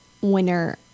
winner